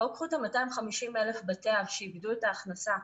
קחו את 250,000 בתי אב שאיבדו את ההכנסה,